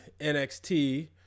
NXT